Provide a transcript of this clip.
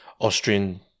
Austrian